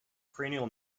cranial